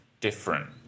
different